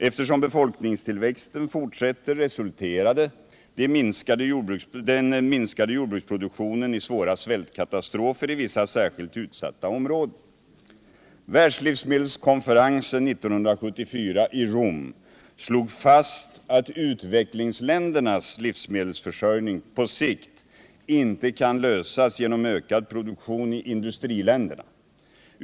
Eftersom befolkningstillväxten fortsätter resulterade minskningen av jordbruksproduktionen i svåra svältkatastrofer i vissa särskilt utsatta områden. Världslivsmedelskonferensen 1974 i Rom slog fast att utvecklingsländernas livsmedelsförsörjning på sikt inte kan lösas genom en ökning av produktionen i industriländerna.